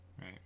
right